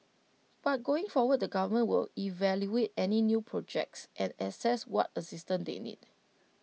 but going forward the government will evaluate any new projects and assess what assistant they need